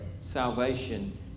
Salvation